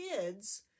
kids